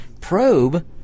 probe